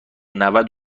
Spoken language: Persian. نود